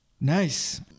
Nice